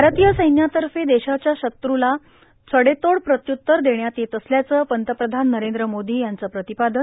भारतीय सैन्यातफ देशाच्या शत्रूला सडेतोड प्रत्युत्तर देण्यात येत असल्याचं पंतप्रधान नरद्र मोदो यांचं प्रातपादन